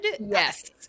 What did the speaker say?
Yes